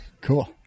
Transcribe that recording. cool